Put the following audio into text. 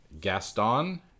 Gaston